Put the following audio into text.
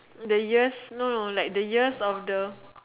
the ears no no like the ears of the